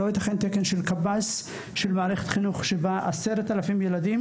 לא ייתכן שמערכת חינוך שמונה כ-10 אלפים תלמידים,